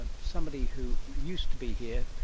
ah somebody who used to be here,